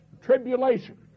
tribulation